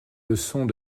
leçons